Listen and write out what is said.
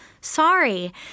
sorry